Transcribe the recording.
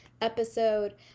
episode